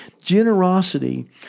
Generosity